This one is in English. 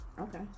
Okay